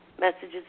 messages